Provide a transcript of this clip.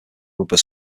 rubber